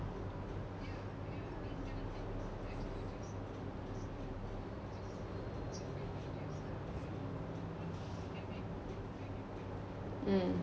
mm